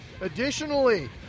Additionally